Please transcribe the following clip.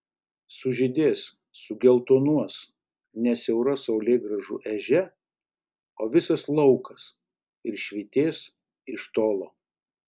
sužydės sugeltonuos ne siaura saulėgrąžų ežia o visas laukas ir švytės iš tolo